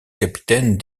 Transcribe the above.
capitaine